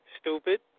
stupid